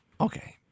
Okay